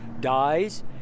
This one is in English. dies